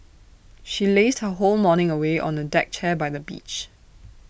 she lazed her whole morning away on the deck chair by the beach